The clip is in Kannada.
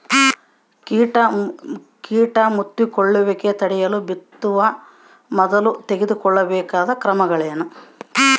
ಕೇಟ ಮುತ್ತಿಕೊಳ್ಳುವಿಕೆ ತಡೆಯಲು ಬಿತ್ತುವ ಮೊದಲು ತೆಗೆದುಕೊಳ್ಳಬೇಕಾದ ಕ್ರಮಗಳೇನು?